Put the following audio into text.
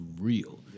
real